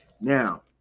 Now